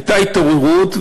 הייתה התעוררות.